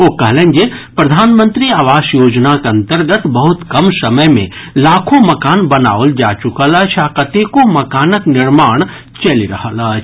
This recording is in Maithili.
ओ कहलनि जे प्रधानमंत्री आवास योजनाक अंतर्गत बहुत कम समय मे लाखो मकान बनाओल जा चुकल अछि आ कतेको मकानक निर्माण चलि रहल अछि